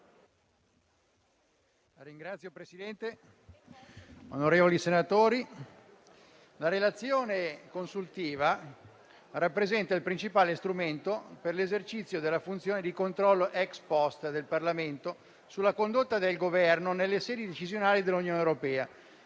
la relazione consuntiva rappresenta il principale strumento per l'esercizio della funzione di controllo *ex post* del Parlamento sulla condotta del Governo nelle sedi decisionali dell'Unione europea